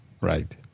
Right